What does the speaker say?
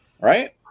right